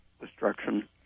destruction